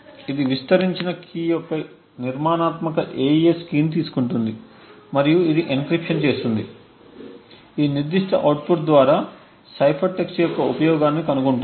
ఇది విస్తరించిన కీ యొక్క నిర్మాణాత్మకమైన AES కీని తీసుకుంటుంది మరియు ఇది ఎన్క్రిప్షన్ చేస్తుంది మరియు ఈ నిర్దిష్ట అవుట్పుట్ ద్వారా సైఫర్ టెక్స్ట్యొక్క ఉపయోగాన్ని కనుగొంటుంది